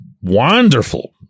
wonderful